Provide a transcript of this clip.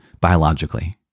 biologically